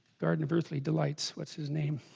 garden earthly delights what's his name